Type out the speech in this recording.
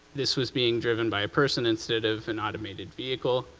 this was being driven by a person, instead of an automated vehicle,